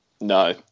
no